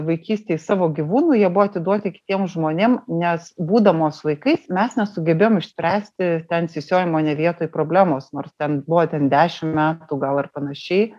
vaikystėj savo gyvūnų jie buvo atiduoti kitiem žmonėm nes būdamos vaikais mes nesugebėjom išspręsti ten sisiojimo ne vietoj problemos nors ten buvo ten dešim metų gal ar panašiai